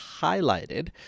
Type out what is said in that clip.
highlighted